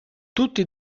tutti